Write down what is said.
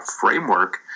framework